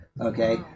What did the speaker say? okay